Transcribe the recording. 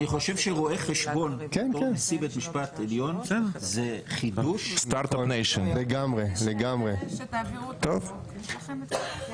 את נשיא בית המשפט העליון עוד מעט אתם תבחרו מחברי מרכז הליכוד.